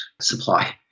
supply